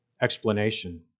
explanation